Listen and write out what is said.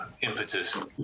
impetus